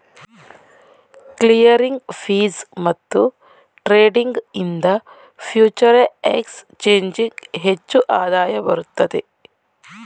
clearing fees ಮತ್ತು trading ಇಂದ future exchanging ಹೆಚ್ಚು ಆದಾಯ ಬರುತ್ತದೆ